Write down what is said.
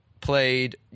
played